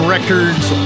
Records